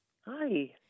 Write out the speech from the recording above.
Hi